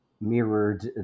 mirrored